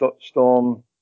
storm